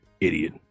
idiot